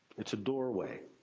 it's a doorway,